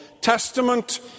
Testament